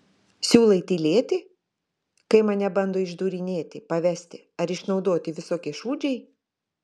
siūlai tylėti kai mane bando išdūrinėti pavesti ar išnaudoti visokie šūdžiai